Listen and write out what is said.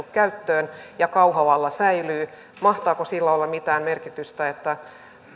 käyttöön ja kauhavalla säilyy mahtaako sillä olla mitään merkitystä että